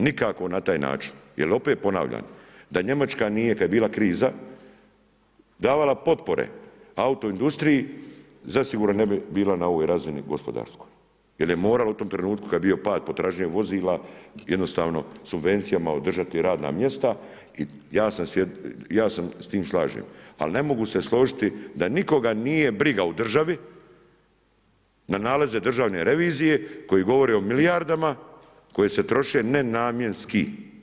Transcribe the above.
Nikako na taj način jer opet ponavljam, da Njemačka nije kad je bila kriza, davala potpore autoindustriji, zasigurno ne bi bila na ovoj razini gospodarskoj jer je morala u tom trenutku kad je bio pad potražnje vozila jednostavno subvencijama održati radna mjesta i ja se s tim slažem, ali ne mogu se složiti da nikoga nije briga u državi na nalaze Državne revizije koji govore o milijardama koje se troše nenamjenski.